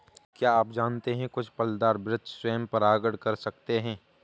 क्या आप जानते है कुछ फलदार वृक्ष स्वयं परागण कर सकते हैं?